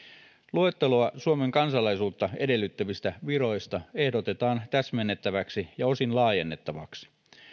luetteloa suomen kansalaisuutta edellyttävistä viroista ehdotetaan täsmennettäväksi ja osin laajennettavaksi